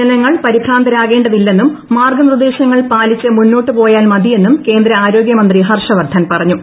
ജനങ്ങൾ പരിഭ്രാന്തരാകേതില്ലെന്നും മാർഗ്ഗനിർദ്ദേശങ്ങൾ പാലിച്ച് മുന്നോട്ടു പോയാൽ മതിയെന്നും കേന്ദ്ര ആരോഗ്യമന്ത്രി ഹർഷ് വർദ്ധൻ പറഞ്ഞു